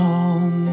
on